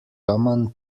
common